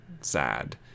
sad